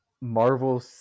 Marvel